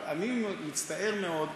אבל אני מצטער מאוד,